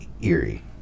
eerie